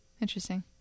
Interesting